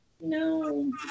No